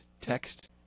text